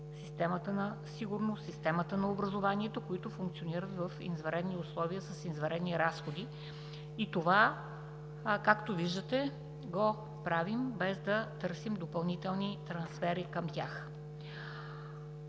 системата на сигурността, системата на образованието, които функционират в извънредни условия, с извънредни разходи. И това, както виждате, го правим, без да търсим допълнителни трансфери към тях.